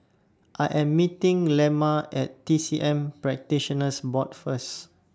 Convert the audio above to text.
I Am meeting Lemma At T C M Practitioners Board First